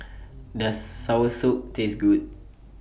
Does Soursop Taste Good